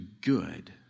good